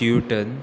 ट्यूटन